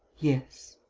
yes.